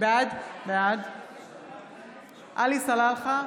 בעד עלי סלאלחה,